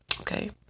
okay